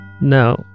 No